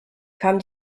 kam